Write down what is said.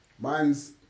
Mine's